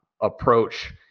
approach